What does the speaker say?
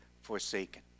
forsaken